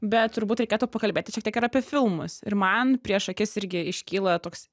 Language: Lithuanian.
bet turbūt reikėtų pakalbėti šiek tiek ir apie filmus ir man prieš akis irgi iškyla toks